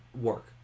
work